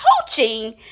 coaching